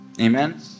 Amen